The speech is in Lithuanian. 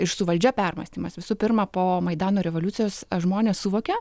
ir su valdžia permąstymas visų pirma po maidano revoliucijos žmonės suvokė